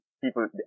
People